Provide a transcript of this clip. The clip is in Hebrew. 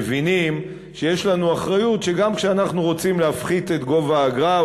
מבינים שיש לנו אחריות שגם כשאנחנו רוצים להפחית את האגרה,